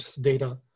data